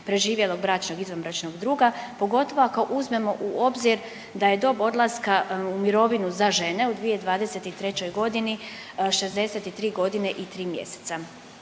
preživjelog bračnog/izvanbračnog druga, pogotovo ako uzmemo u obzir da je dob odlaska u mirovinu za žene u 2023.g. 63.g. i 3 mjeseca.